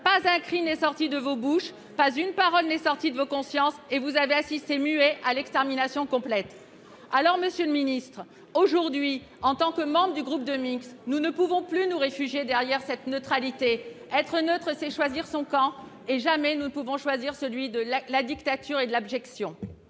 pas un cri n'est sorti de vos bouches, pas une parole n'est sortie de vos consciences, et vous avez assisté, muets et, par conséquent, complices, à l'extermination complète. » Monsieur le ministre, en tant que membres du groupe de Minsk, nous ne pouvons plus nous réfugier derrière cette neutralité ; être neutre, c'est choisir son camp, et jamais nous ne pourrons choisir celui de la dictature et de l'abjection.